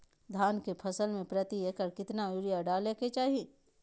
धान के फसल में प्रति एकड़ कितना यूरिया डाले के चाहि?